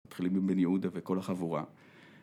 מתחילים עם בן יהודה וכל החבורה